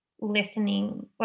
listening